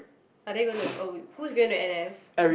are they gonna oh who is going to n_s